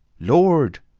lord!